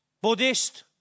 Buddhist